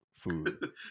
food